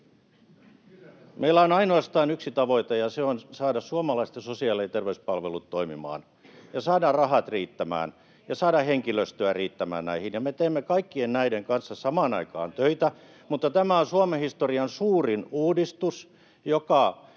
Meillä on ainoastaan yksi tavoite, ja se on saada suomalaisten sosiaali- ja terveyspalvelut toimimaan ja saada rahat riittämään [Jenna Simula: Teidän jäljiltänne!] ja saada henkilöstö riittämään näihin. Me teemme kaikkien näiden kanssa samaan aikaan töitä, mutta tämä on Suomen historian suurin uudistus, joka